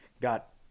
Got